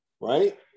right